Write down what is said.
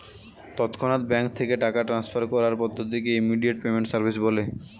তৎক্ষণাৎ ব্যাঙ্ক থেকে টাকা ট্রান্সফার করার পদ্ধতিকে ইমিডিয়েট পেমেন্ট সার্ভিস বলে